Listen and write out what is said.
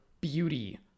beauty